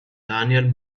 daniel